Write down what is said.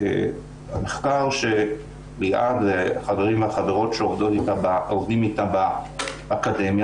המחקר של ליעד והחברים והחברות שעובדים איתה באקדמיה,